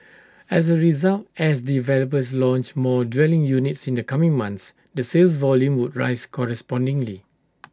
as A result as developers launch more dwelling units in the coming months the sales volume would rise correspondingly